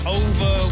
over